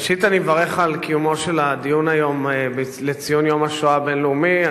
ראשית אני מברך על קיומו של הדיון היום לציון יום השואה הבין-לאומי.